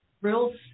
real